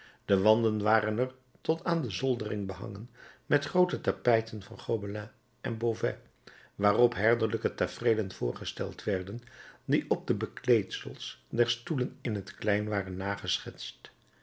de wanden waren er tot aan de zoldering behangen met groote tapijten van gobelin en beauvais waarop herderlijke tafereelen voorgesteld werden die op de bekleedsels der stoelen in t klein waren nageschetst